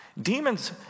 Demons